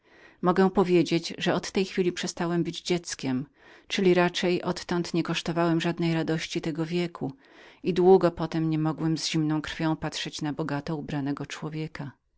mogę powiedzieć że od tej chwili przestałem być dzieckiem czyli raczej nie kosztowałem żadnej radości tego wieku i długo potem niemogłem z zimną krwią patrzeć na bogato ubranego człowieka